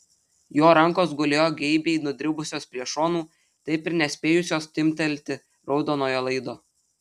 jo rankos gulėjo geibiai nudribusios prie šonų taip ir nespėjusios timptelti raudonojo laido